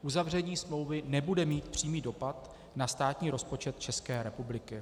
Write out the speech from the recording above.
Uzavření smlouvy nebude mít přímý dopad na státní rozpočet České republiky.